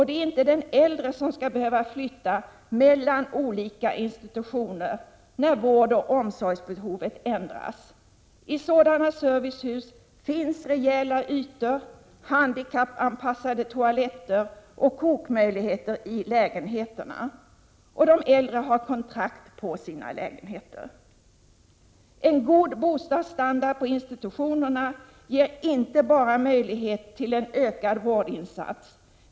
Det är inte den äldre som skall behöva flytta mellan olika institutioner när vårdoch omsorgsbehovet ändras. I sådana servicehus finns rejäla ytor, handikappanpassade toaletter och kokmöjligheter i lägenheterna. De äldre har kontrakt på sina lägenheter. En god bostadsstandard på institutionerna ger inte bara möjlighet till en ökad vårdinsats.